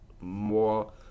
more